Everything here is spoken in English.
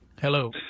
Hello